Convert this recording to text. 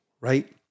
right